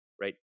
Right